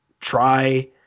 Try